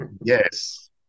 Yes